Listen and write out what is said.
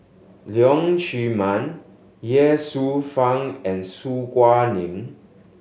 Leong Chee Mun Ye Shufang and Su Guaning